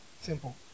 Simple